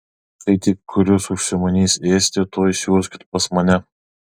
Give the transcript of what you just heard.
kai tik kuris užsimanys ėsti tuoj siųskit pas mane